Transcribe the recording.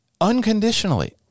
unconditionally